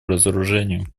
разоружению